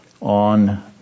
on